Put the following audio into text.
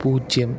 പൂജ്യം